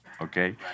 Okay